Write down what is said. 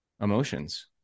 emotions